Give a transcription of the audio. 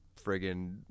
friggin